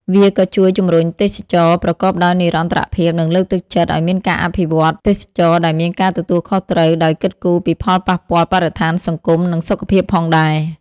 វាក៏ជួយជំរុញទេសចរណ៍ប្រកបដោយនិរន្តរភាព និងលើកទឹកចិត្តឱ្យមានការអភិវឌ្ឍទេសចរណ៍ដែលមានការទទួលខុសត្រូវ ដោយគិតគូរពីផលប៉ះពាល់បរិស្ថាន សង្គម និងសុខភាពផងដែរ ។